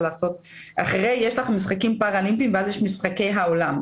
כלומר אחרי משחקים פאראלימפיים ומשחקי העולם,